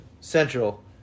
Central